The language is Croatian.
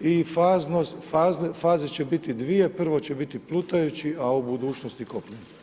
i faze će biti 2, prvo će biti plutajući a u budućnosti kopneni.